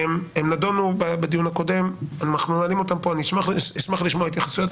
הם נדונו בדיון הקודם ואני אשמח לשמוע התייחסויות.